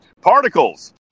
Particles